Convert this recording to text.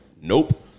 Nope